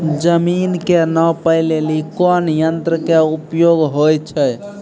जमीन के नापै लेली कोन यंत्र के उपयोग होय छै?